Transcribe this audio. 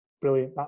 Brilliant